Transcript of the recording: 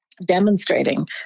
demonstrating